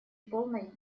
полной